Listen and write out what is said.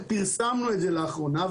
פרסמנו את זה לאחרונה,